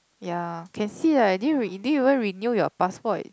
ya can see lah did you did you even renew your passport